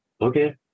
Okay